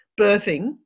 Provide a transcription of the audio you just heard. birthing